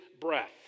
breath